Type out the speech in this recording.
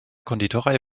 konditorei